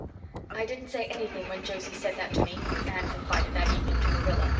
i didn't say anything when josie said that to me, anne confided that evening to marilla,